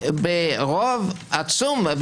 וברוב עצום,